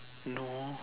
no